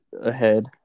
ahead